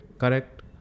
correct